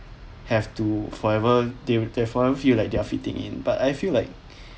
have to forever they they forever feel like they are fitting in but I feel like